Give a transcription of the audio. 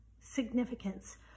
Significance